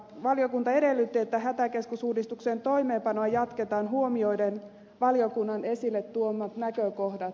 valiokunta edellytti että hätäkeskusuudistuksen toimeenpanoa jatketaan huomioiden valiokunnan esille tuomat näkökohdat